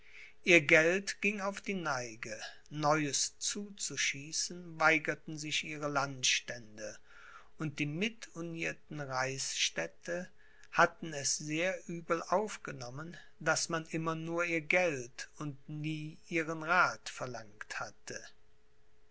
ihr geld ging auf die neige neues zuzuschießen weigerten sich ihre landstände und die mitunierten reichsstädte hatten es sehr übel aufgenommen daß man immer nur ihr geld und nie ihren rath verlangt hatte